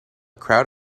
crowd